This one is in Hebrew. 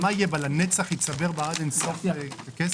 לנצח יצטבר בה עד אין סוף כסף?